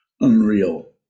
unreal